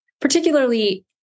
particularly